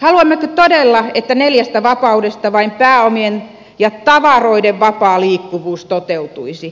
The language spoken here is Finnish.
haluammeko todella että neljästä vapaudesta vain pääomien ja tavaroiden vapaa liikkuvuus toteutuisi